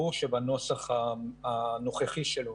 ברור שבנוסח הנוכחי שלו